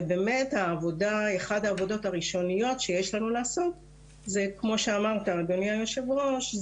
ובאמת אחת העבודות הראשוניות שיש לנו לעשות זה כמו שאמרת אדוני היו"ר,